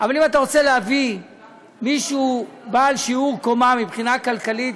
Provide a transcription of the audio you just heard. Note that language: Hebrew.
אבל אם אתה רוצה להביא מישהו בעל שיעור קומה מבחינה כלכלית,